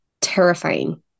terrifying